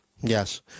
Yes